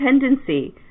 tendency